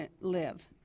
live